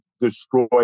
destroy